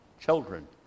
children